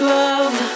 love